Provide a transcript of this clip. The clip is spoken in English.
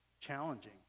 challenging